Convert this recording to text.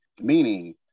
meaning